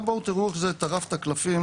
בואו תראו איך זה טרף את הקלפים,